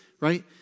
right